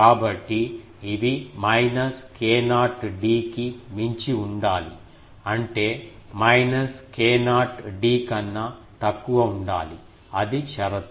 కాబట్టి ఇవి minus k0 d కి మించి ఉండాలి అంటే మైనస్ k0 d కన్నా తక్కువ ఉండాలి అది షరతు